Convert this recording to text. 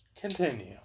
Continue